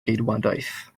geidwadaeth